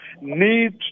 need